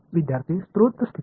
विद्यार्थीः स्त्रोत स्थिती